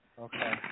Okay